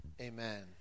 Amen